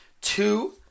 two